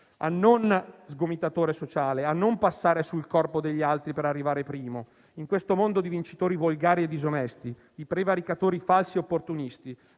uno sgomitatore sociale, a non passare sul corpo degli altri per arrivare primo. In questo mondo di vincitori volgari e disonesti, di prevaricatori falsi e opportunisti,